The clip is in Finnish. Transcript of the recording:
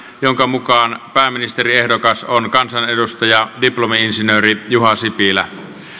jonka mukaan pääministeriehdokas on kansanedustaja diplomi insinööri juha sipilä